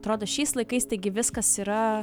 atrodo šiais laikais taigi viskas yra